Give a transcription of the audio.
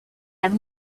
have